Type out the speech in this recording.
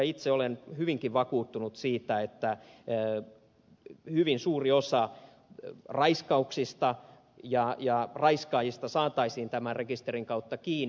itse olen hyvinkin vakuuttunut siitä että hyvin suuri osa raiskauksista ja raiskaajista saataisiin tämän rekisterin kautta kiinni